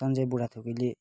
Sanjay बुढाथोकीले